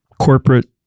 corporate –